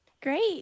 Great